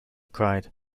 cried